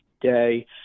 day